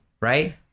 Right